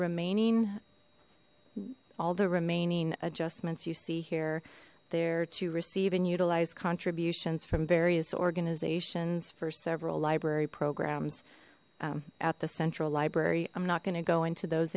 remaining all the remaining adjustments you see here they're to receive and utilize contributions from various organizations for several library programs at the central library i'm not going to go into those